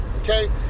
Okay